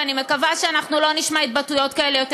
ואני מקווה שאנחנו לא נשמע יותר בכנסת התבטאויות כאלה.